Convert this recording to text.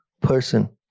person